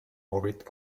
orbit